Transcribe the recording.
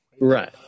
Right